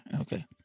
Okay